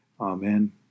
Amen